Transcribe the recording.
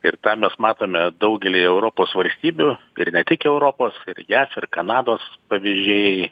ir tą mes matome daugely europos valstybių ir ne tik europos ir jav ir kanados pavyzdžiai